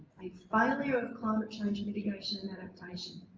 failure of climate change mitigation and adaptation.